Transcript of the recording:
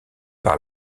par